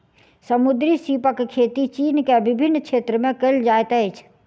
समुद्री सीपक खेती चीन के विभिन्न क्षेत्र में कयल जाइत अछि